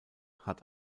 hat